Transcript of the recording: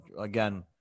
again